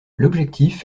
l’objectif